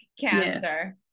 cancer